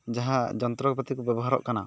ᱡᱟᱦᱟᱸ ᱡᱚᱱᱛᱨᱚᱯᱟᱛᱤ ᱠᱚ ᱵᱮᱵᱚᱦᱟᱨᱚᱜ ᱠᱟᱱᱟ